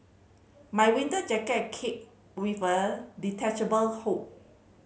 my winter jacket came with a detachable hood